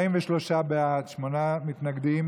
42 בעד, שבעה נגד.